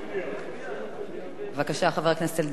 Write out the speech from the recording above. בבקשה, חבר הכנסת אלדד, לרשותך שלוש דקות.